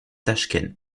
tachkent